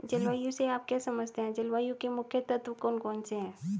जलवायु से आप क्या समझते हैं जलवायु के मुख्य तत्व कौन कौन से हैं?